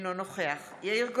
אינו נוכח יאיר גולן,